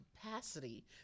capacity